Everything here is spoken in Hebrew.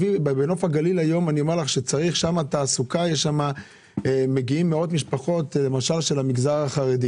בנוף הגליל היו צריך תעסוקה מגיעים לשם מאות משפחות מהמגזר החרדי